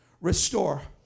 restore